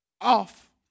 off